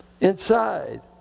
inside